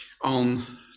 on